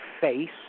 face